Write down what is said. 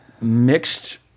mixed